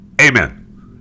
Amen